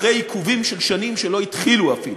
אחרי עיכובים של שנים, שלא התחילו אפילו.